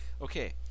Okay